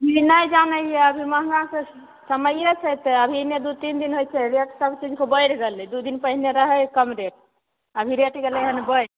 ई नहि जाने हिये अभी महँगा समैये छै तेॅं अभी ने दू तीन दिन होइ छै रेट सब चीजके बैढ़ि गेलै दू दिन पहिने रहै कम रेट अभी रेट गेलै हैन बैढ़ि